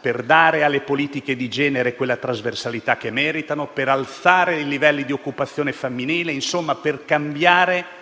per dare alle politiche di genere quella trasversalità che meritano, per alzare i livelli di occupazione femminile, per cambiare